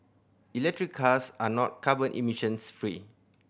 electric cars are not carbon emissions free